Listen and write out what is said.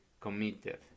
committed